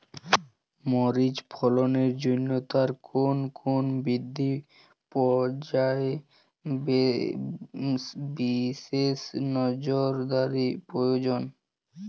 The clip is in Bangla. মরিচ ফলনের জন্য তার কোন কোন বৃদ্ধি পর্যায়ে বিশেষ নজরদারি প্রয়োজন?